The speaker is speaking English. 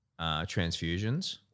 transfusions